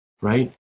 right